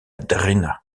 drina